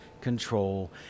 control